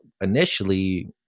initially